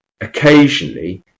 Occasionally